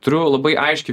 turiu labai aiški